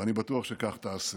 ואני בטוח שכך תעשה.